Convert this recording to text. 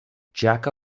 jaka